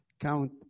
count